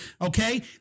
Okay